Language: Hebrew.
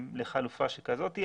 לחלופה כזאת.